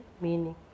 meaning